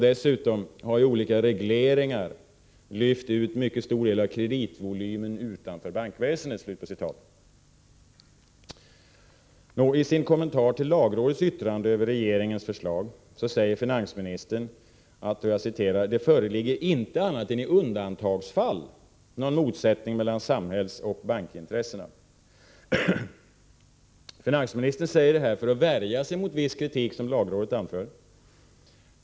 Dessutom har ju olika regleringar lyft ut en mycket stor del av kreditvolymen utanför banksystemet.” I sin kommentar till lagrådets yttrande över regeringens förslag säger finansministern att ”det föreligger inte, annat än i undantagsfall, någon motsättning mellan samhällsoch bankintressen”. Finansministern säger detta för att värja sig mot viss kritik som lagrådet framför.